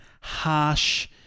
harsh